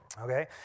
Okay